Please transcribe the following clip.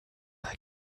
like